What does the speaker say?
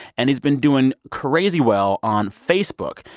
and he's been doing crazy well on facebook.